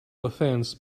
offense